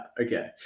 Okay